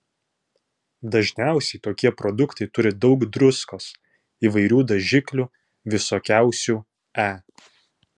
dažniausiai tokie produktai turi daug druskos įvairių dažiklių visokiausių e